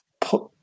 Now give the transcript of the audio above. put